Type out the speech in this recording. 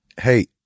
Hey